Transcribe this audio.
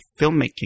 filmmaking